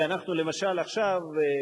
ואנחנו למשל עכשיו,